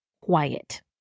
quiet